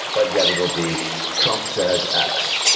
but yet it'll be trump says x.